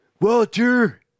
Walter